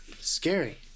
scary